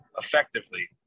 effectively